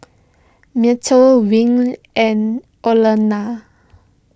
Mateo Win and Orlena